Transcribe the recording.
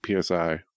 PSI